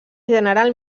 general